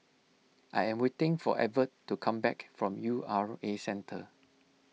I am waiting for Evert to come back from U R A Centre